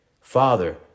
Father